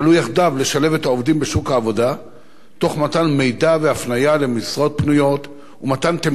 תוך מתן מידע והפניה למשרות פנויות ומתן תמיכה נוספת בהכשרות וקורסים